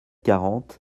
quarante